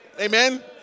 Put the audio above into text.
Amen